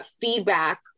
Feedback